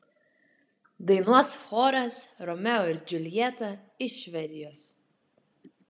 dainuos choras romeo ir džiuljeta iš švedijos